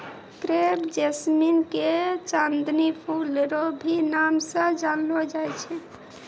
crepe jasmine के चांदनी फूल रो भी नाम से जानलो जाय छै